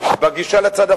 בגישה לצד הפלסטיני,